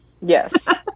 Yes